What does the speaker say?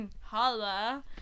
holla